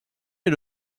est